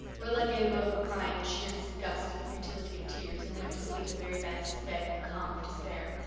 rilla gave over crying in sheer disgust at the futility of tears and went to sleep in mary vance's bed in the calm of despair.